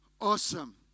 Awesome